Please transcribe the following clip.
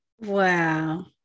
Wow